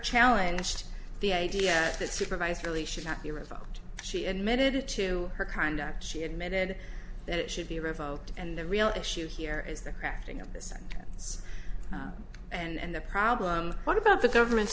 challenge the idea that supervised really should not be revoked she admitted to her conduct she admitted that it should be revoked and the real issue here is the crafting of this and it's and the problem what about the government's